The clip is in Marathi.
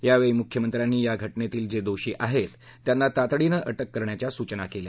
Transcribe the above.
यावेळी मुख्यमंत्र्यांनी या घटनेतील जे दोषी आहेत त्यांना तातडीने अटक करण्याच्या सूचना केल्या